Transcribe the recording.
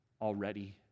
already